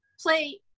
play